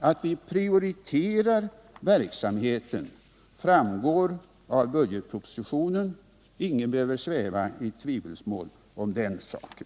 Att vi prioriterar verksamheten framgår av budgetpropositionen. Ingen behöver sväva i tvivelsmål om den saken.